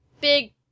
big